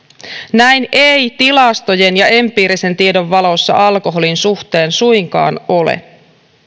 näin ei tilastojen ja empiirisen tiedon valossa alkoholin suhteen suinkaan ole